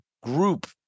group